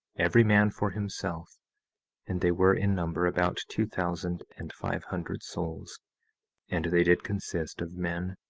every man for himself and they were in number about two thousand and five hundred souls and they did consist of men,